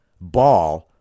ball